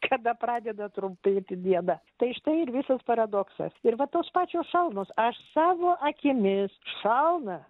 kada pradeda trumpėti diena tai štai ir visas paradoksas ir va tos pačios spalvos aš savo akimis šalną